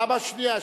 למה שנייה?